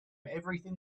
everything